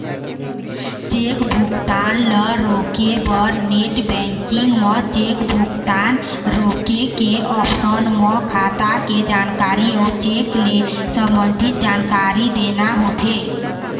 cheque भुगतान ल रोके बर नेट बेंकिंग म चेक भुगतान रोके के ऑप्सन म खाता के जानकारी अउ चेक ले संबंधित जानकारी देना होथे